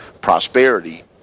prosperity